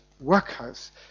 workhouse